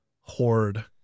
horde